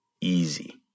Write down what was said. easy